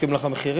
דופקים לך מחירים.